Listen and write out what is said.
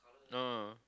no